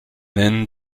then